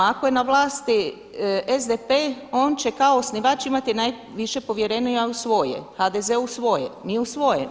Ako je na vlasti SDP on će kao osnivač imati najviše povjerenja u svoje, HDZ u svoje, mi u svoje.